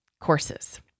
courses